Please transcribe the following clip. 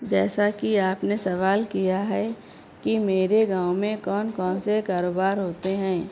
جیسا کہ آپ نے سوال کیا ہے کہ میرے گاؤں میں کون کون سے کاروبار ہوتے ہیں